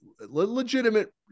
legitimate